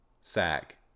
sack